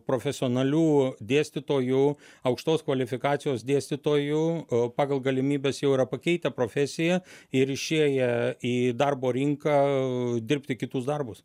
profesionalių dėstytojų aukštos kvalifikacijos dėstytojų pagal galimybes jau yra pakeitę profesiją ir išėję į darbo rinką dirbti kitus darbus